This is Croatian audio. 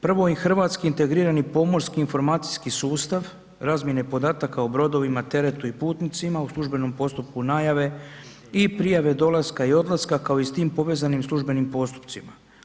Prvo, i Hrvatski integrirani pomorski i informacijski sustav razmjene podataka o brodovima, teretu i putnicima u službenom postupku najave i prijave dolaska i odlaska kao i s tim povezanim službenim postupcima.